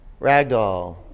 Ragdoll